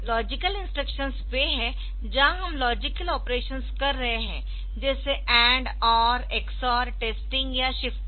logical instructions वे है जहां हम लॉजिकल ऑपरेशन्स कर रहे है जैसे AND OR XOR टेस्टिंग या शिफ्टिंग